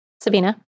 Sabina